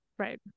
Right